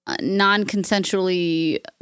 non-consensually